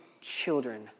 children